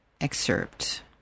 excerpt